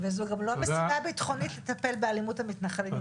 זו גם לא משימה ביטחונית לטפל באלימות המתנחלים,